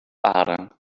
aarde